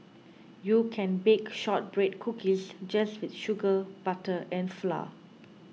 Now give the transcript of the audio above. you can bake Shortbread Cookies just with sugar butter and flour